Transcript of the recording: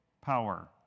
power